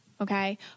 okay